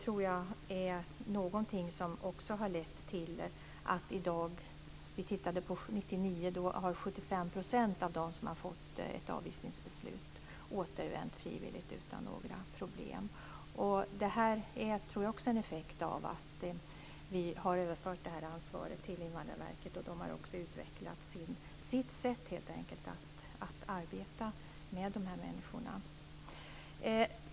Vi tittade på 1999. Då hade 75 % av dem som fått ett avvisningsbeslut återvänt frivilligt utan några problem. Detta är, tror jag, också en effekt av att vi har överfört detta ansvar till Invandrarverket. De har också utvecklat sitt sätt, helt enkelt, att arbeta med dessa människor.